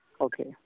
Okay